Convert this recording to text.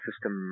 system